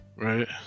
right